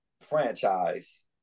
franchise